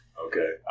Okay